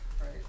Right